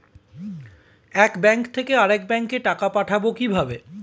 এক ব্যাংক থেকে আরেক ব্যাংকে টাকা পাঠাবো কিভাবে?